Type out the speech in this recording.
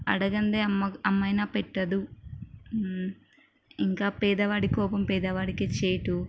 అడగందే అమ్మ అమ్మయినా పెట్టదు ఇంకా పేదవాడి కోపం పెదవడికే చేటు